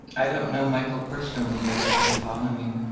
i don't know michael personally but i've been following